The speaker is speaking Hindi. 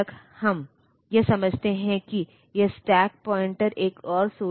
यदि यह IO डिवाइस से है तो उस स्थिति में यह मान 1 हो जाएगा और यदि यह मेमोरी से है तो यह लाइन 0 के बराबर होगी